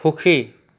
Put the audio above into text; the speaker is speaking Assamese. সুখী